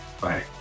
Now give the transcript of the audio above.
Bye